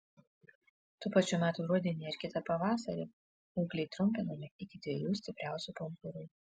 tų pačių metų rudenį ar kitą pavasarį ūgliai trumpinami iki dviejų stipriausių pumpurų